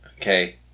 Okay